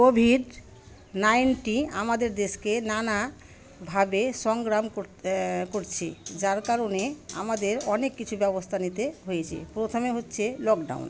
Covid nineteen আমাদের দেশকে নানাভাবে সংগ্রাম করতে করছে যার কারণে আমাদের অনেক কিছু ব্যবস্থা নিতে হয়েছে প্রথমে হচ্ছে লকডাউন